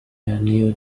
new